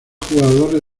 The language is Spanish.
jugadores